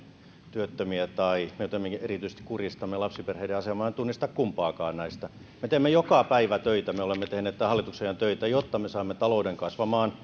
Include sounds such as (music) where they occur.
työttömiä tai me jotenkin erityisesti kurjistamme lapsiperheiden asemaa en tunnista kumpaakaan näistä me teemme joka päivä töitä me olemme tehneet tämän hallituksen ajan töitä jotta me saamme talouden kasvamaan (unintelligible)